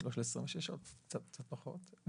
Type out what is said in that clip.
לא של 26, קצת פחות.